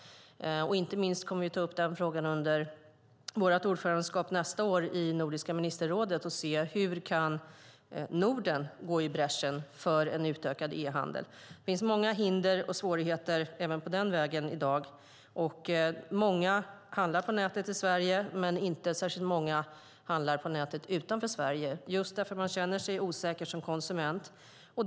Inte minst kommer vi att ta upp denna fråga under vårt ordförandeskap i Nordiska ministerrådet nästa år och se hur Norden kan gå i bräschen för en utökad e-handel. Det finns många hinder och svårigheter på den vägen i dag. Många handlar på nätet i Sverige, men inte särskilt många handlar på nätet utanför Sverige, just för att man känner sig osäker som konsument.